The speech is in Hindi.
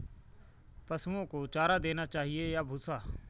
पशुओं को चारा देना चाहिए या भूसा?